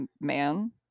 man